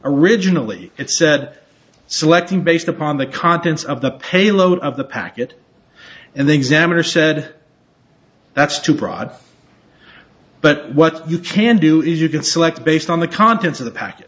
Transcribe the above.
originally it said selecting based upon the contents of the payload of the packet and the examiner said that's too broad but what you can do is you can select based on the contents of the pack